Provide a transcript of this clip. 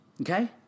Okay